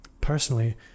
Personally